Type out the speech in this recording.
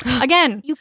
again